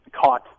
caught